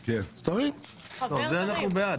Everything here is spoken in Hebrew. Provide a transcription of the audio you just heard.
הצבעה אושר אנחנו בעד